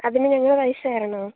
അതിന് ഞങ്ങള് പൈസ തരണൊ